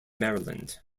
maryland